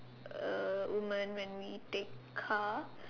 uh woman when we take car